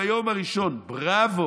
ביום הראשון: בראבו,